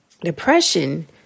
Depression